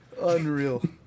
Unreal